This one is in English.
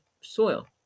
soil